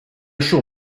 shall